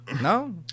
No